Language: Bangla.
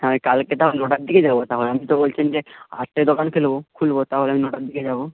হ্যাঁ কালকে তাহলে অর্ডার দিয়ে যাব তাহলে আপনি তো বলছেন যে আটটায় দোকান ফেলব খুলব তাহলে আমি নটার দিকে যাব